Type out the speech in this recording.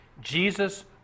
Jesus